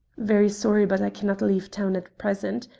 very sorry, but i cannot leave town at present.